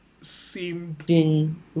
seemed